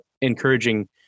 encouraging